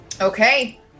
Okay